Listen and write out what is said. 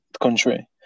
country